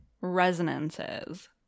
resonances